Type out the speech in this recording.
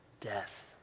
death